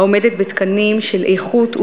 העומדת בתקנים של איכות ובטיחות,